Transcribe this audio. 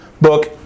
book